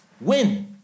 win